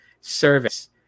service